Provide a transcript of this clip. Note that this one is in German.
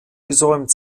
gesäumt